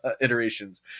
iterations